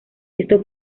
esto